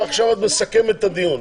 עכשיו את מסכמת את הדיון.